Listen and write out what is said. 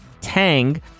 tang